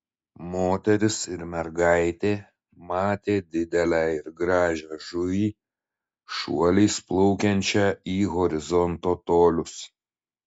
moteris ir mergaitė matė didelę ir gražią žuvį šuoliais plaukiančią į horizonto tolius